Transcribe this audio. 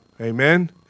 Amen